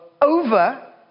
over